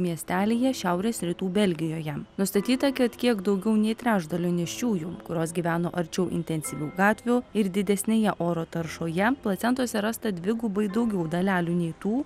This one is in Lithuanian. miestelyje šiaurės rytų belgijoje nustatyta kad kiek daugiau nei trečdaliui nėščiųjų kurios gyveno arčiau intensyvių gatvių ir didesnėje oro taršoje placentose rasta dvigubai daugiau dalelių nei tų